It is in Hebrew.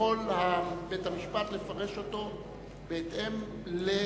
יכול בית-המשפט לפרש אותו בהתאם להבנתו.